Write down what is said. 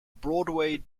broadway